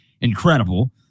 incredible